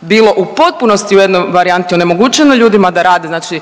bilo u potpunosti u jednoj varijanti onemogućeno ljudima da rade znači